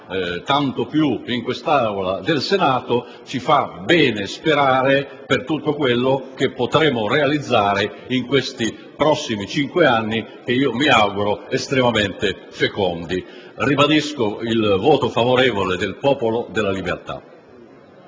tanto più in quest'Aula del Senato ci fa ben sperare per tutto quello che potremo realizzare nei prossimi cinque anni, che io mi auguro estremamente fecondi. Ribadisco pertanto il voto favorevole del Gruppo del Popolo della Libertà.